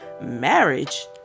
marriage